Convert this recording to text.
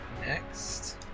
next